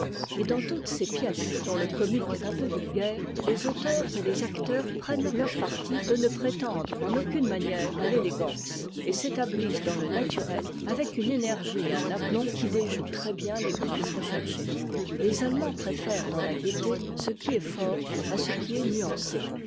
et dans toutes ces pièces dont le comique est un peu vuigaire les auteurs et les acteurs prennent leur parti de ne prétendre en aucune manière à l'élégance et s'établissent dans le naturel avec une énergie et un aplomb qui déjoue trèsbien les grâces recherchées les allemands préfèrent dans la gaieté ce qui est fort à ce qui est nuancé